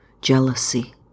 jealousy